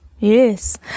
Yes